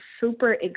super